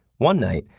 one night,